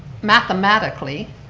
mathematically,